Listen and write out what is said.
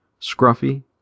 Scruffy